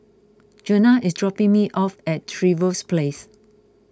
Juana is dropping me off at Trevose Place